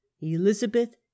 Elizabeth